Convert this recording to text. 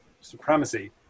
supremacy